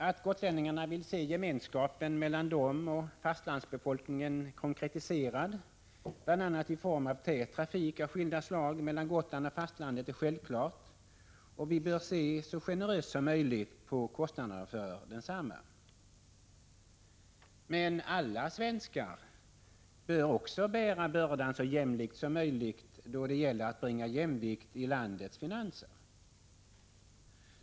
Att gotlänningarna vill se gemenskapen mellan dem och fastlandsbefolkningen konkretiserad bl.a. i form av tät trafik av skilda slag mellan Gotland och fastlandet är självklart, och vi bör se så generöst som möjligt på kostnaderna för densamma. Men alla svenskar bör också bära bördan så jämlikt som möjligt då det gäller att bringa jämvikt i landets finanser.